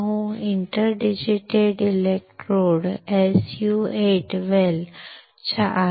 inter digitated electrode SU 8 well च्या आत आहेत